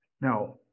Now